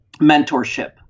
mentorship